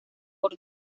por